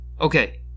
Okay